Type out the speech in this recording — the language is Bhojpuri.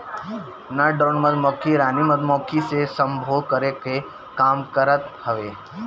नर ड्रोन मधुमक्खी रानी मधुमक्खी से सम्भोग करे कअ काम करत हवे